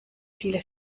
viele